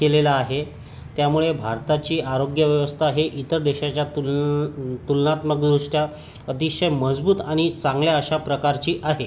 केलेला आहे त्यामुळे भारताची आरोग्यव्यवस्था हे इतर देशाच्या तुल तुलनात्मकदृष्ट्या अतिशय मजबूत आणि चांगल्या अशा प्रकारची आहे